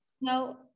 no